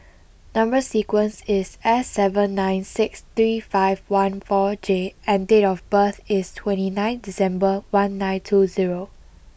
number sequence is S seven nine six three five one four J and date of birth is twenty nine December one nine two zero